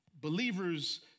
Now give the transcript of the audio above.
Believers